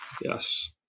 Yes